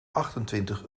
achtentwintig